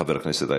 חבר הכנסת אייכלר.